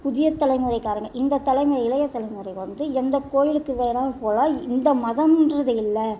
புதிய தலைமுறைகாரங்க இந்த தலைமுறை இளைய தலைமுறை வந்து எந்த கோயிலுக்கு வேணாலும் போகலாம் இந்த மதம்ன்றது இல்லை